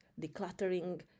decluttering